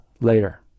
later